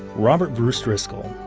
robert bruce driscoll,